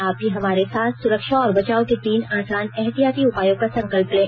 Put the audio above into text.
आप भी हमारे साथ सुरक्षा और बचाव के तीन आसान एहतियाती उपायों का संकल्प लें